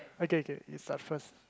okay okay you start first